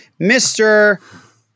Mr